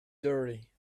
dirty